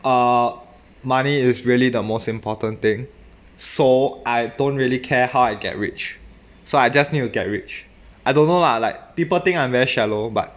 ah money is really the most important thing so I don't really care how I get rich so I just need to get rich I don't know lah like people think I'm very shallow but